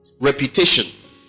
reputation